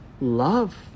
Love